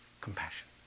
compassion